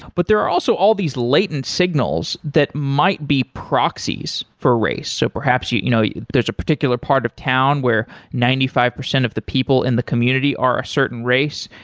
but there are also all these latent signals that might be proxies for race. so perhaps, you know there's a particular part of town where ninety five percent of the people in the community are a certain race,